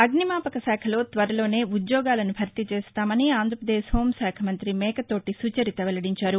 అగ్నిమాపక శాఖలో త్వరలోనే ఉద్యోగాలను భర్తీ చేస్తామని ఆంధ్రప్రదేశ్ హోంమంతి మేకతోటి సుచరిత వెల్లడించారు